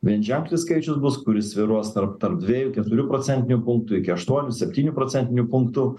vienženklis skaičius bus kuris svyruos tarp tarp dviejų keturių procentinių punktų iki aštuonių septynių procentinių punktų